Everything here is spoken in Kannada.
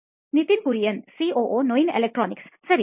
ನಿತಿನ್ ಕುರಿಯನ್ ಸಿಒಒ ನೋಯಿನ್ ಎಲೆಕ್ಟ್ರಾನಿಕ್ಸ್ ಸರಿ